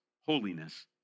holiness